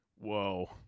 Whoa